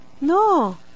No